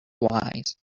wise